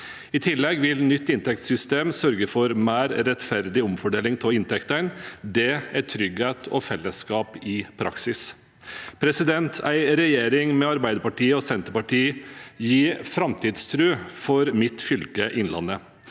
I tillegg vil et nytt inntektssystem sørge for mer rettferdig omfordeling av inntektene. Det er trygghet og fellesskap i praksis. En regjering med Arbeiderpartiet og Senterpartiet gir framtidstro for mitt fylke, Innlandet.